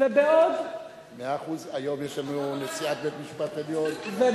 היא היתה אשת חבר הקיני, היא